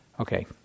Okay